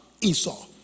Esau